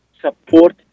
support